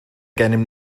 gennym